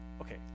okay